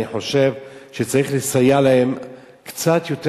אני חושב שצריך לסייע להם קצת יותר,